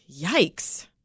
yikes